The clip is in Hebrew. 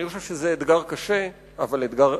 אני חושב שזה אתגר קשה, אבל אפשרי.